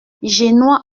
génois